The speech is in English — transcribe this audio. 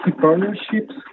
partnerships